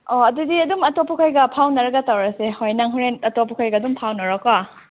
ꯑꯣ ꯑꯗꯨꯗꯤ ꯑꯗꯨꯝ ꯑꯇꯣꯞꯄ ꯈꯩꯒ ꯐꯥꯎꯅꯔꯒ ꯇꯧꯔꯁꯦ ꯍꯣꯏ ꯅꯪ ꯍꯣꯔꯦꯟ ꯑꯇꯣꯞꯄ ꯈꯩꯒ ꯑꯗꯨꯝ ꯐꯥꯎꯅꯔꯣꯀꯣ